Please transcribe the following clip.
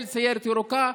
של סיירת ירוקה,